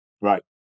Right